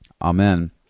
Amen